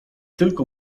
tylko